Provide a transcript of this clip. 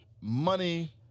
money